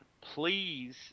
please